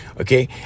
okay